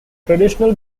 traditional